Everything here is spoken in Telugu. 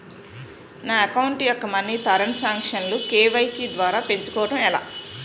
నా అకౌంట్ యెక్క మనీ తరణ్ సాంక్షన్ లు కే.వై.సీ ద్వారా పెంచుకోవడం ఎలా?